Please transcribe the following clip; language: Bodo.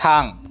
थां